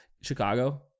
Chicago